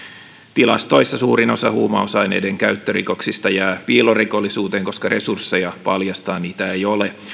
tilastoissa suurin osa huumausaineiden käyttörikoksista jää piilorikollisuudeksi koska resursseja paljastaa niitä ei ole